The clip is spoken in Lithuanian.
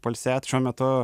pailsėt šiuo metu